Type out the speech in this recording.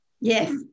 Yes